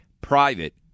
Private